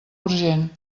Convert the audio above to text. urgent